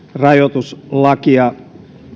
rajoituslakia